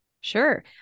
Sure